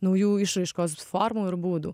naujų išraiškos formų ir būdų